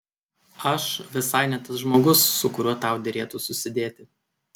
aš visai ne tas žmogus su kuriuo tau derėtų susidėti